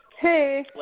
Hey